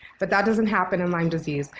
but that doesn't happen in lyme disease.